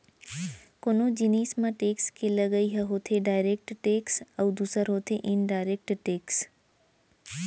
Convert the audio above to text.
कोनो जिनिस म टेक्स के लगई ह होथे डायरेक्ट टेक्स अउ दूसर होथे इनडायरेक्ट टेक्स